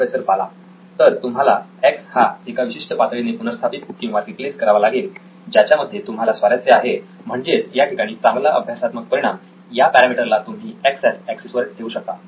professor Bala तर तुम्हाला X हा एका विशिष्ट पातळीने पुनर्स्थापित किंवा रिप्लेस करावा लागेल ज्याच्या मध्ये तुम्हाला स्वारस्य आहे म्हणजेच या ठिकाणी चांगला अभ्यासात्मक परिणाम या पॅरामीटरला तुम्हाला एक्स एक्सिस वर ठेवावा लागेल